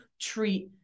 treat